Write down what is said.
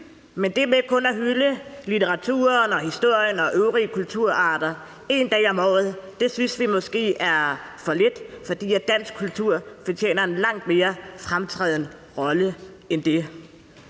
Men det med kun at hylde litteraturen og historien og øvrige kulturarter en dag om året synes vi måske er for lidt, for dansk kultur fortjener en langt mere fremtrædende rolle. Vi er